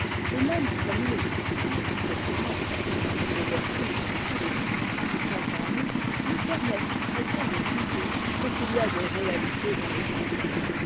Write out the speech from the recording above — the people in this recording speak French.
et même comme nous or ces semences de toutes les vertus et de tous les vices qui sont en nous nous permettent très bien de juger ce qu'il y a de réalité dans les fictions